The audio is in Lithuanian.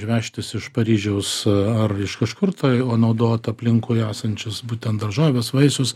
neštis iš paryžiaus ar iš kažkur tai o naudot aplinkoje esančius būtent daržoves vaisius